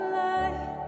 light